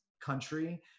country